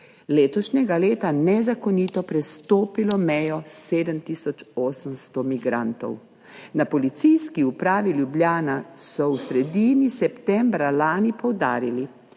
letošnjega leta nezakonito prestopilo mejo 7 tisoč 800 migrantov. Na policijski upravi Ljubljana so v sredini septembra lani poudarili,